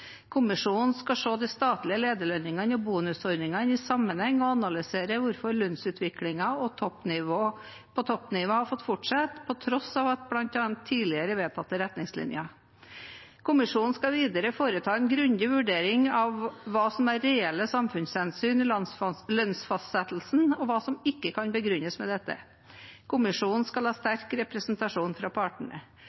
Kommisjonen skal se de statlige lederlønningene og bonusordningene i sammenheng og analysere hvorfor lønnsutviklingen på toppnivå har fått fortsette, på tross av blant annet tidligere vedtatte retningslinjer. Kommisjonen skal videre foreta en grundig vurdering av hva som er reelle samfunnshensyn i lønnsfastsettelsen, og hva som ikke kan begrunnes med dette. Kommisjonen skal ha